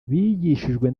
bigishijwe